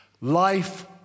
Life